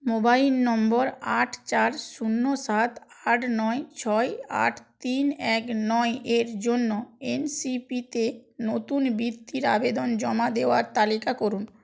mobile নম্বর আট চার শূন্য সাত আট নয় ছয় আট তিন এক নয় এর জন্য এনসিপিতে নতুন বৃত্তির আবেদন জমা দেওয়ার তালিকা করুন